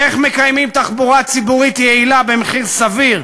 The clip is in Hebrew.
איך מקיימים תחבורה ציבורית יעילה במחיר סביר,